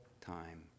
time